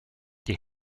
die